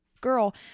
girl